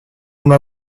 una